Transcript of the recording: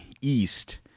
east